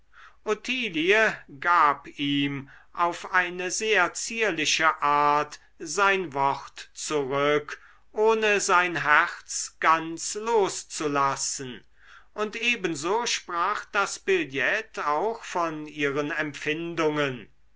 gab ihm auf eine sehr zierliche art sein wort zurück ohne sein herz ganz loszulassen und ebenso sprach das billett auch von ihren empfindungen